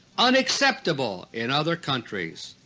unacceptable in other countries.